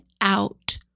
out